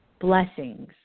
blessings